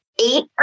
eight